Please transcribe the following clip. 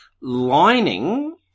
Lining